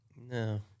No